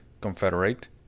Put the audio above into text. confederate